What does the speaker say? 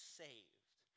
saved